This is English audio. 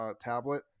tablet